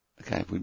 Okay